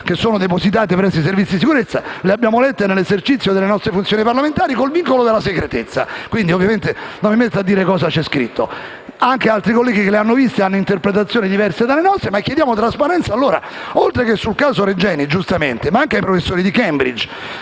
che sono depositate presso i Servizi di sicurezza. Le abbiamo lette nell'esercizio delle nostre funzioni parlamentari, con il vincolo della segretezza; quindi ovviamente non dirò cosa c'è scritto. Altri colleghi che le hanno viste hanno interpretazioni diverse dalle nostre. Noi chiediamo però trasparenza, oltre che sul caso Regeni giustamente ai professori di Cambridge